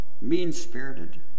mean-spirited